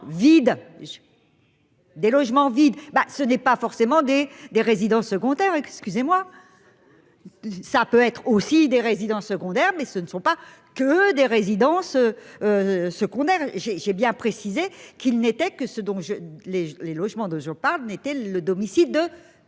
Des logements vides. Bah, ce n'est pas forcément des, des résidences secondaires, excusez-moi. Ça peut être aussi des résidences secondaires mais ce ne sont pas que des résidences. Ce qu'on aime. J'ai j'ai bien précisé qu'il n'était que ce dont je les les logements de son parc n'était le domicile de